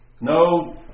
no